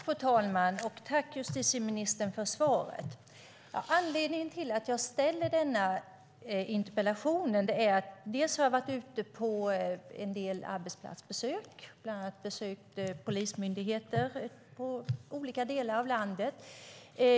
Fru talman! Jag tackar justitieministern för svaret. En av anledningarna till att jag ställt denna interpellation är att jag har varit ute på en del arbetsplatsbesök, bland annat vid polismyndigheter i olika delar av landet.